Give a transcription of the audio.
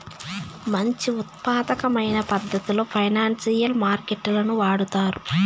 మంచి ఉత్పాదకమైన పద్ధతిలో ఫైనాన్సియల్ మార్కెట్ లను వాడుతారు